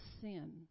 sin